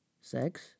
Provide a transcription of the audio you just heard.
Sex